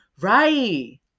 Right